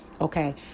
Okay